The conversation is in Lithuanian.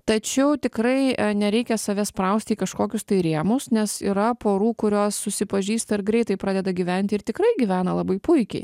tačiau tikrai nereikia save sprausti į kažkokius tai rėmus nes yra porų kurios susipažįsta ir greitai pradeda gyventi ir tikrai gyvena labai puikiai